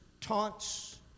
taunts